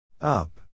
Up